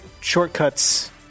shortcuts